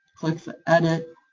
click edit,